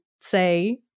say